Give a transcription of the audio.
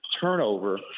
turnover